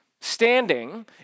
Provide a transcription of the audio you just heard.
Standing